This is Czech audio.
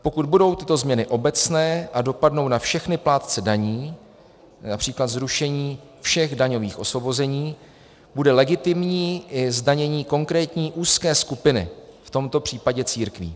Pokud budou tyto změny obecné a dopadnou na všechny plátce daní, např. zrušení všech daňových osvobození, bude legitimní i zdanění konkrétní úzké skupiny, v tomto případě církví.